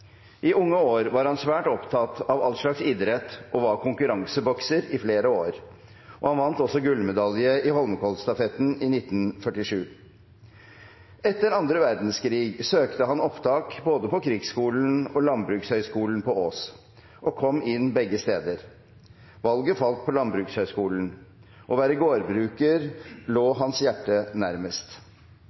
I unge år var han svært opptatt av all slags idrett og var konkurransebokser i flere år. Han vant også gullmedalje i Holmenkollstafetten i 1947. Etter annen verdenskrig søkte han om opptak på både Krigsskolen og Landbrukshøgskolen på Ås og kom inn begge steder. Valget falt på Landbrukshøgskolen. Å være gårdbruker lå hans hjerte nærmest.